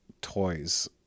toys